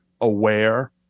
aware